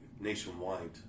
nationwide